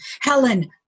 helen